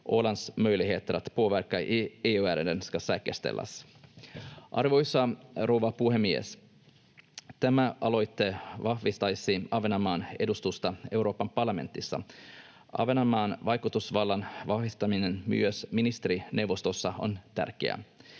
påverka i EU-ärenden ska säkerställas.” Arvoisa rouva puhemies! Tämä aloite vahvistaisi Ahvenanmaan edustusta Euroopan parlamentissa. Ahvenanmaan vaikutusvallan vahvistaminen myös ministerineuvostossa on tärkeää.